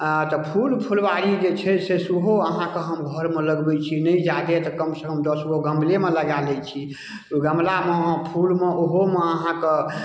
अऽ तऽ फूल फुलबाड़ी जे छै से सेहो अहाँके हम घरमे लगबै छी नै जादे तऽ कमसँ कम दसगो गमलेमे लगा लै छी ओ गमलामे फूलमे ओहोमे अहाँके